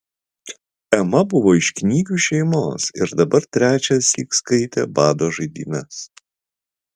ema buvo iš knygių šeimos ir dabar trečiąsyk skaitė bado žaidynes